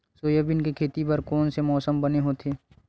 Soybean के खेती बर कोन से मौसम बने होथे?